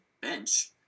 bench